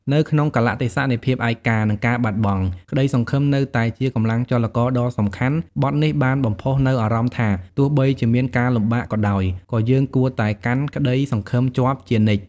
នៅក្នុងកាលៈទេសៈនៃភាពឯកា និងការបាត់បង់ ក្តីសង្ឃឹមនៅតែជាកម្លាំងចលករដ៏សំខាន់បទនេះបានបំផុសនូវអារម្មណ៍ថា ទោះបីជាមានការលំបាកក៏ដោយ ក៏យើងគួរតែកាន់ក្តីសង្ឃឹមជាប់ជានិច្ច។